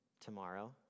tomorrow